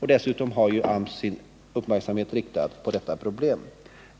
Dessutom har AMS sin uppmärksamhet riktad på detta problem.